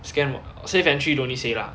scam what safe entry don't say lah